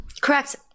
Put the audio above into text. Correct